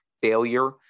failure